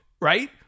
right